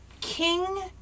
King